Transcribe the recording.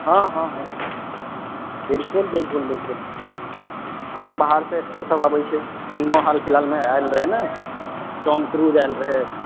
हँ हँ हँ बिल्कुल बिल्कुल बिल्कुल हँ बाहरसँ एक्टरसभ आबैत छै इम्हरो हाल फिलहालमे आयल रहै ने टॉम क्रूज आयल रहै